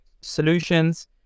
solutions